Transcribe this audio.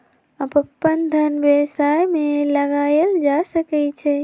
अप्पन धन व्यवसाय में लगायल जा सकइ छइ